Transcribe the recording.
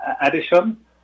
addition